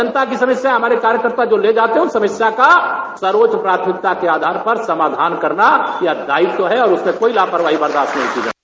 जनता की समस्या हमारे कार्यकर्ता जो ले जाते है उस समस्या का सर्वोच्च प्राथमिकता के आधार पर समाधान करना यह दायित्व है और उसमें कोई लापरवाही बर्दाश्त नहीं की जायेगी